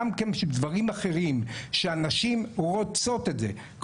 גם כן שדברים אחרים שהנשים רוצות את זה,